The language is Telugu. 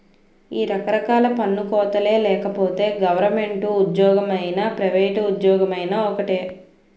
ఈ రకరకాల పన్ను కోతలే లేకపోతే గవరమెంటు ఉజ్జోగమైనా పైవేట్ ఉజ్జోగమైనా ఒక్కటే